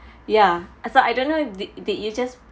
ya so I don't know if the the you just